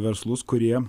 verslus kurie